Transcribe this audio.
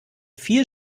viel